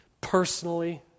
personally